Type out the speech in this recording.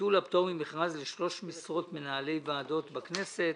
ביטול הפטור ממכרז לשלוש משרות מנהלי ועדות בכנסת